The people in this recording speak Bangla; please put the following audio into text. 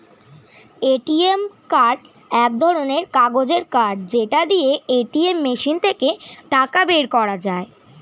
এ.টি.এম কার্ড এক ধরণের কাগজের কার্ড যেটা দিয়ে এটিএম মেশিন থেকে টাকা বের করা যায়